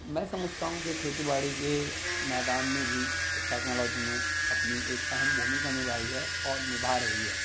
میں سمجھتا ہوں کہ کھیتی باڑی کے میدان میں بھی ٹیکنالوجی نے اپنی ایک اہم بھومیکا نبھائی ہے اور نبھا رہی ہے